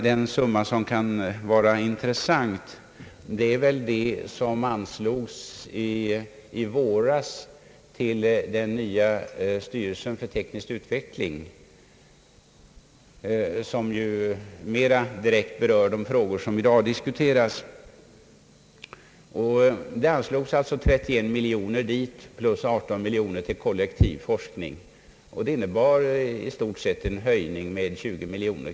Den summa som kan vara intressant här i dag är väl den som i våras anslogs till den nya styrelsen för teknisk utveckling. Den har mera direkt beröring med de frågor som vi nu diskuterar. Dit anslogs 31 miljoner kronor och dessutom ytterligare 18 miljoner kronor till kollektiv forskning, och det innebär i stort sett en höjning med 20 miljoner.